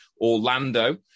Orlando